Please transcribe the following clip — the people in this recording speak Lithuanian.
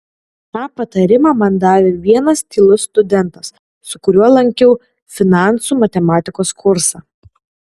tą patarimą man davė vienas tylus studentas su kuriuo lankiau finansų matematikos kursą